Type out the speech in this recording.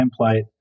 template